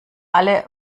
alle